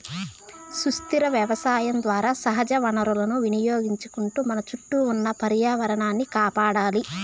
సుస్థిర వ్యవసాయం ద్వారా సహజ వనరులను వినియోగించుకుంటూ మన చుట్టూ ఉన్న పర్యావరణాన్ని కాపాడాలి